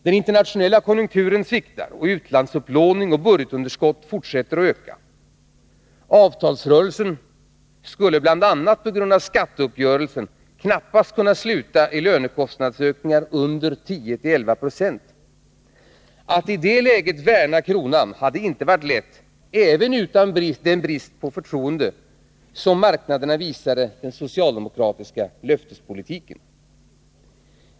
Den internationella konjunkturen sviktar. Utlandsupplåningen och budgetunderskottet fortsätter att öka. Avtalsrörelsen skulle bl.a. på grund av skatteuppgörelsen knappast kunna sluta i lönekostnadsökningar under 10-11 26. Attidetläget värna kronan hade inte varit lätt — även utan den brist på förtroende som marknaderna visade den socialdemokratiska löftespolitiken.